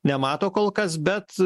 nemato kol kas bet